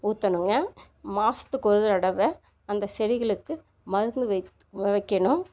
ஊற்றணுங்க மாதத்துக்கு ஒரு தடவை அந்த செடிகளுக்கு மருந்து வைத் வைக்கணும்